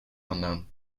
unknown